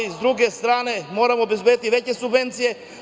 Sa druge strane, moramo obezbediti veće subvencije.